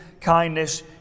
kindness